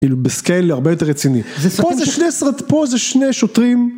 כאילו בסקל הרבה יותר רציני. פה זה שני שוטרים.